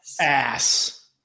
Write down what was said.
Ass